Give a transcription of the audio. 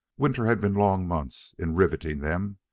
winter had been long months in riveting them,